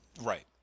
Right